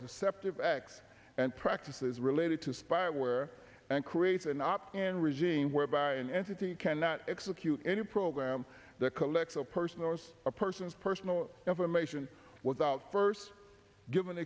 deceptive acts and practices related to spyware and creates an opt in regime whereby an entity cannot execute any program that collects a personal was a person's personal information without first given